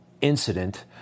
incident